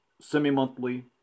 semi-monthly